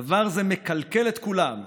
דבר זה מקלקל את כולם.